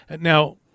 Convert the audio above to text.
Now